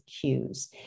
cues